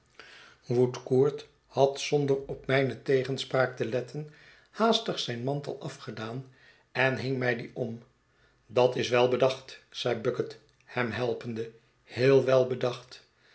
woodcourt had zonder op mijne tegenspraak te letten haastig zijn mantel afgedaan en hing mij dien om dat is wel bedacht zeide bucket hem helpende heel wel bedacht